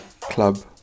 club